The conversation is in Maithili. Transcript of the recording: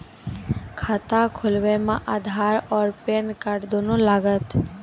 खाता खोलबे मे आधार और पेन कार्ड दोनों लागत?